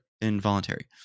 Involuntary